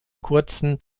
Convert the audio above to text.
kurzen